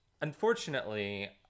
unfortunately